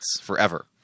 forever